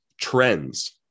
trends